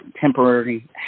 Temporary